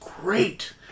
great